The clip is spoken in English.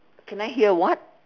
can I hear what